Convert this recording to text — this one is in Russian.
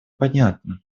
понятна